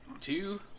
two